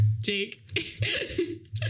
Jake